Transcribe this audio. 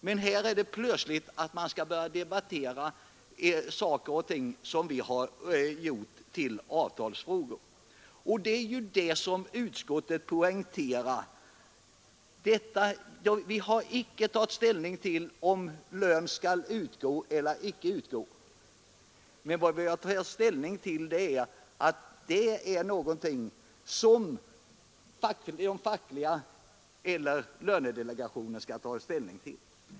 Här skall vi plötsligt börja debattera saker och ting som vi har gjort till avtalsfrågor — och det är ju det som utskottet poängterar. Vi har icke tagit ställning till om lön skall utgå eller icke, utan vi har sagt att detta är någonting som lönedelegationen skall avgöra.